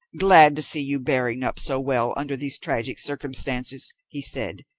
glad to see you bearing up so well under these tragic circumstances, he said,